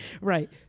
right